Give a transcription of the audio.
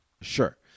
Sure